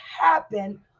happen